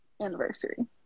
anniversary